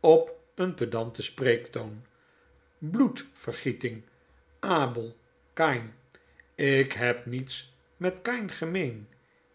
op een pedanten preektoon bloedvergieting abel kain ik heb niets met kain gemeen